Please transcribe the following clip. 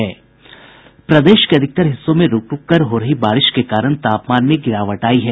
प्रदेश के अधिकतर हिस्सों में रूक रूक कर हो रही बारिश के कारण तापमान में गिरावट आयी है